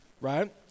Right